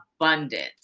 abundance